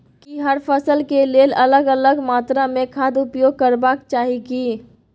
की हर फसल के लेल अलग अलग मात्रा मे खाद उपयोग करबाक चाही की?